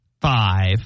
five